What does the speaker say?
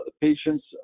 patients